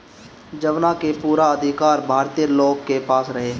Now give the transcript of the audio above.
जवना के पूरा अधिकार भारतीय लोग के पास रहे